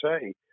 say